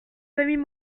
famille